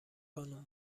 خانم